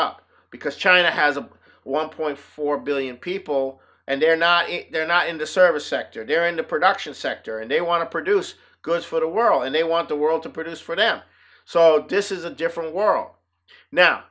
up because china has a one point four billion people and they're not they're not in the service sector they're into production sector and they want to produce goods for the world and they want the world to produce for them so this is a different world now